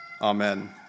Amen